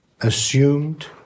assumed